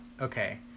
okay